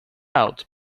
out